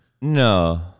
No